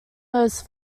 those